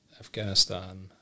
Afghanistan